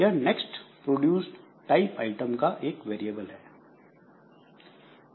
यह next produced type item का एक वेरिएबल है